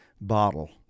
bottle